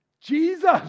Jesus